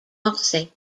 marseille